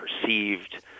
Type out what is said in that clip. perceived